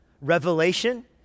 revelation